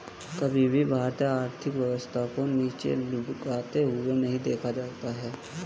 कभी भी भारतीय आर्थिक व्यवस्था को नीचे लुढ़कते हुए नहीं देखा जाता है